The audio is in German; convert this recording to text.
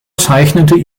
zeichnete